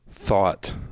Thought